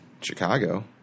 Chicago